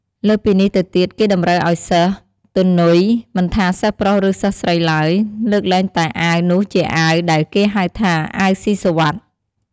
លើសពីនេះទៅទៀត គេតម្រូវអោយសិស្ស ទុយនុយ មិនថាសិស្សប្រុសឬ សិស្សស្រីឡើយ លើកលែងតែអាវនោះជាអាវ ដែលគេហៅថា អាវស៊ីសុវិត្ថ។